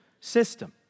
system